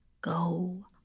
go